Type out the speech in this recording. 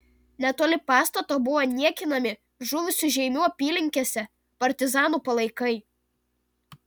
netoli pastato buvo niekinami žuvusių žeimių apylinkėse partizanų palaikai